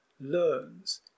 learns